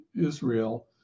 Israel